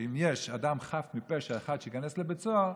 שאם יש אדם חף מפשע אחד שייכנס לבית סוהר,